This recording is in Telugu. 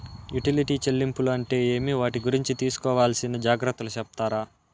యుటిలిటీ చెల్లింపులు అంటే ఏమి? వాటి గురించి తీసుకోవాల్సిన జాగ్రత్తలు సెప్తారా?